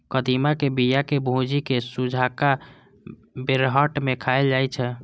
कदीमा के बिया कें भूजि कें संझुका बेरहट मे खाएल जाइ छै